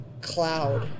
cloud